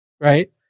right